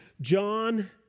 John